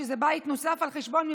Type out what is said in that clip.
שזה בית נוסף על חשבון,